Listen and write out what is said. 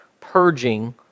purging